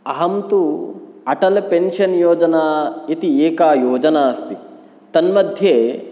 अहं तु अटल् पेन्शन्योजना इति योजना अस्ति तन्मध्ये